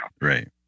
Right